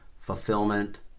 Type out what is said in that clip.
fulfillment